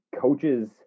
coaches